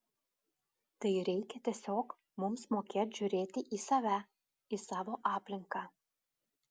tai reikia tiesiog mums mokėt žiūrėti į save į savo aplinką